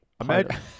Imagine